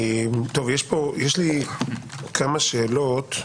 יש לי כמה שאלות.